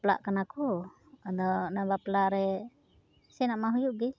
ᱵᱟᱯᱞᱟᱜ ᱠᱟᱱᱟᱠᱚ ᱟᱫᱚ ᱚᱱᱟ ᱵᱟᱯᱞᱟᱨᱮ ᱥᱮᱱᱚᱜ ᱢᱟ ᱦᱩᱭᱩᱜ ᱜᱮ